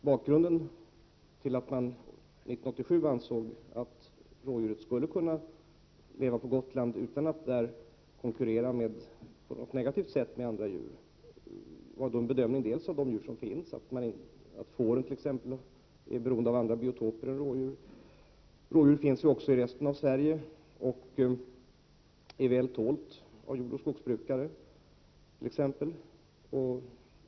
Bakgrunden till att man 1987 ansåg att rådjuret skulle kunna leva på Gotland utan att på ett negativt sätt konkurrera med andra djur var delvis en bedömning av de djur som finns där; t.ex. fåren är beroende av andra biotoper än rådjuren. Rådjur finns ju i resten av Sverige och är väl tålda av jordoch skogsbrukare.